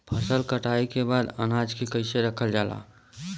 फसल कटाई के बाद अनाज के कईसे रखल जाला?